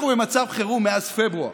אנחנו במצב חירום מאז פברואר.